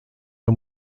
der